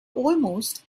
almost